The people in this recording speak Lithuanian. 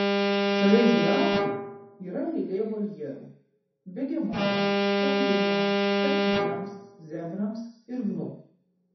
šalia žirafų yra eilė voljerų begemotams kengūroms tapyrams zebrams ir gnu